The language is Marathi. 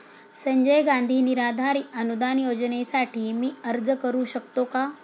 संजय गांधी निराधार अनुदान योजनेसाठी मी अर्ज करू शकतो का?